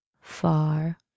far